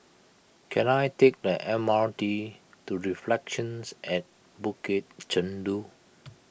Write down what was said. can I take the M R T to Reflections at Bukit Chandu